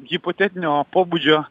hipotetinio pobūdžio